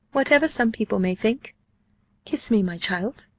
whatever some people may think kiss me, my child!